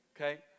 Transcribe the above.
okay